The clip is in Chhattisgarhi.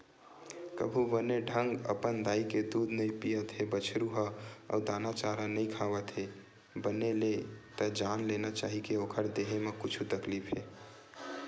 कभू बने ढंग अपन दाई के दूद नइ पियत हे बछरु ह अउ दाना चारा नइ खावत हे बने ले त जान लेना चाही के ओखर देहे म कुछु तकलीफ हे